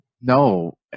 No